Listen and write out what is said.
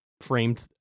framed